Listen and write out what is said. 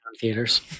theaters